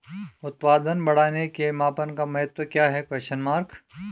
उत्पादन बढ़ाने के मापन का महत्व क्या है?